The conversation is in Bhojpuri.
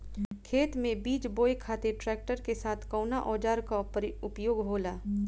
खेत में बीज बोए खातिर ट्रैक्टर के साथ कउना औजार क उपयोग होला?